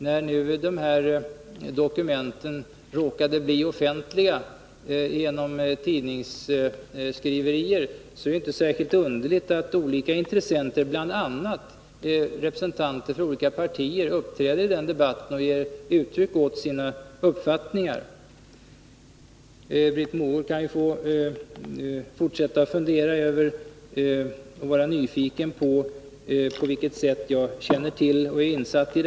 När nu dessa dokument råkade bli offentliga genom tidningsskriverier, är det inte underligt att olika intressenter, bl.a. representanter för olika partier, uppträder i debatten och ger uttryck åt sina uppfattningar. Britt Mogård kan få fortsätta att vara nyfiken över på vilket sätt jag blivit insatt i dessa frågor.